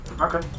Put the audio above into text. Okay